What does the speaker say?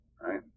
right